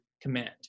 command